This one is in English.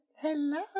Hello